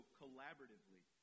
collaboratively